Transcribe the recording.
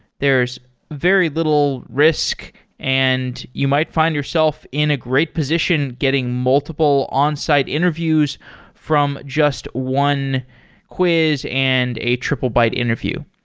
there's very little risk and you might find yourself in a great position getting multiple onsite interviews from just one quiz and a triplebyte interview.